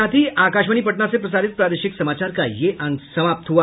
इसके साथ ही आकाशवाणी पटना से प्रसारित प्रादेशिक समाचार का ये अंक समाप्त हुआ